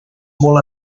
molt